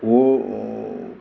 वो